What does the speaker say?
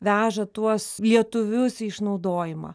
veža tuos lietuvius į išnaudojimą